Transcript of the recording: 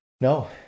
No